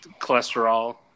Cholesterol